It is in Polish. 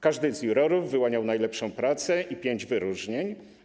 Każdy z jurorów wyłaniał najlepszą pracę i pięć wyróżnień.